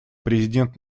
президент